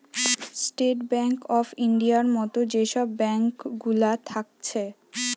state bank of ইন্ডিয়ার মত যে সব ব্যাঙ্ক গুলা থাকছে